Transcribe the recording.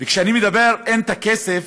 וכשאני אומר "אין את הכסף",